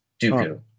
Dooku